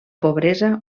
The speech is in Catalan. pobresa